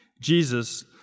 Jesus